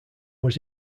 was